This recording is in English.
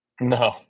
No